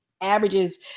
averages